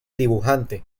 dibujante